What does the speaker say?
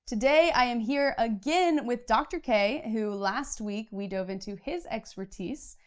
today i am here again, with dr. k, who last week, we dove into his expertise,